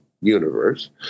universe